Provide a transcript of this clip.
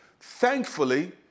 Thankfully